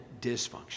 dysfunction